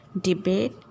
debate